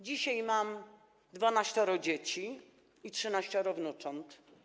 Dzisiaj mam dwanaścioro dzieci i trzynaścioro wnucząt.